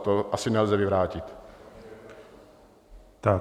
To asi nelze vyvrátit.